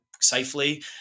safely